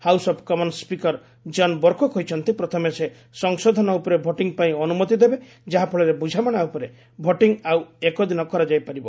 house of Common Speaker John Bercow କହିଛନ୍ତି ପ୍ରଥମେ ସେ ସଂଶୋଧନ ଉପରେ ଭୋଟିଂ ପାଇଁ ଅନ୍ମତି ଦେବେ ଯାହାଫଳରେ ବୁଝାମଣା ଉପରେ ଭୋଟିଂ ଆଉ ଏକ ଦିନ କରାଯାଇ ପାରିବ